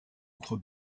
entre